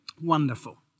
Wonderful